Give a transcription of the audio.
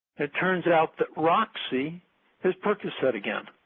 it turns out that roxi is percocet again.